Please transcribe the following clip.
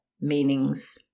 meanings